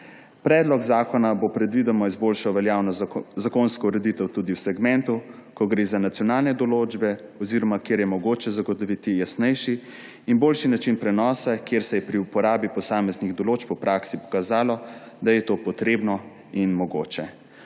Predlog zakona bo predvidoma izboljšal veljavno zakonsko ureditev tudi v segmentu, ko gre za nacionalne določbe oziroma kjer je mogoče zagotoviti jasnejši in boljši način prenosa, kjer se je pri uporabi posameznih določb po praksi pokazalo, da je to potrebno in mogoče.